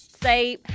say